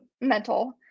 mental